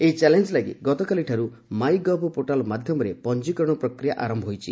ଏହି ଚ୍ୟାଲେଞ୍ଜ ଲାଗି ଗତକାଲିଠାରୁ ମାଇ ଗଭ୍ ପୋର୍ଟାଲ୍ ମାଧ୍ୟମରେ ପଞ୍ଜିକରଣ ପ୍ରକ୍ରିୟା ଆରମ୍ଭ ହୋଇଛି